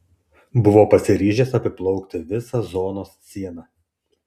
buvo pasiryžęs apiplaukti visą zonos sieną